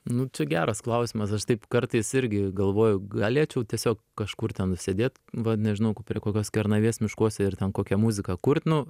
nu čia geras klausimas aš taip kartais irgi galvoju galėčiau tiesiog kažkur ten sėdėt va nežinau k prie kokios kernavės miškuose ir ten kokią muziką kurt nu